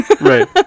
Right